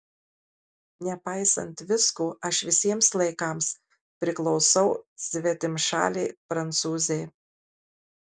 nepaisant visko aš visiems laikams priklausau svetimšalei prancūzei